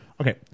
Okay